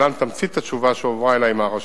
להלן תמצית התשובה שהועברה אלי מהרשות: